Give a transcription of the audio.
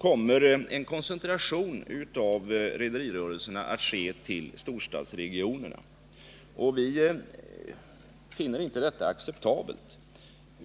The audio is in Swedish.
kommer en koncentration av rederirörelserna att ske till storstadsregionerna. Vi finner inte detta acceptabelt.